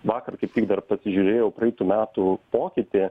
vakar kaip tik dar pasižiūrėjau praeitų metų pokytį